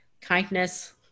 kindness